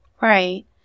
right